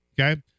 okay